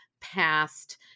past